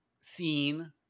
scene